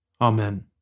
Amen